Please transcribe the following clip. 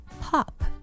pop